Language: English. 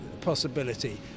possibility